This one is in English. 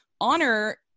honor